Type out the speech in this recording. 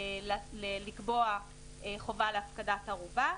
לקבוע חובה להפקדת ערובה,